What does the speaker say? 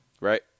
Right